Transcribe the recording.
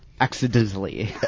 Accidentally